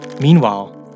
Meanwhile